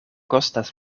kostas